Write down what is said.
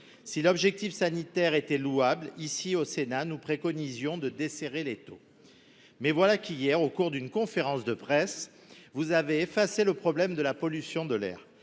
Si l’objectif sanitaire était louable, ici, au Sénat, nous préconisions de desserrer l’étau. Or voilà qu’hier, au cours d’une conférence de presse, vous avez effacé le problème de la pollution de l’air.